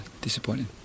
disappointing